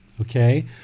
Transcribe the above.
Okay